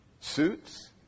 suits